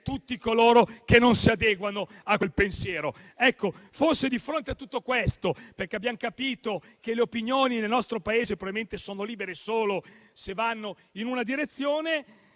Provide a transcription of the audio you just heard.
tutti coloro che non si adeguano a quel pensiero. Forse di fronte a tutto questo, perché abbiamo capito che le opinioni nel nostro Paese sono libere solo se vanno in una direzione,